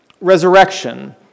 Resurrection